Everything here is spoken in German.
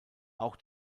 auch